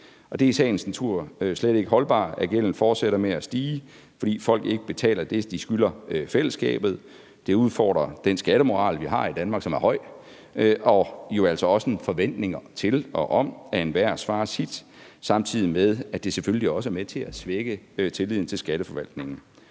Det er i sagens natur slet ikke holdbart, at gælden fortsætter med at stige, fordi folk ikke betaler det, de skylder fællesskabet. Det udfordrer den skattemoral, vi har i Danmark, som er høj, og altså også den forventning, vi har, til og om, at enhver svarer sit, samtidig med at det selvfølgelig også er med til at svække tilliden til Skatteforvaltningen.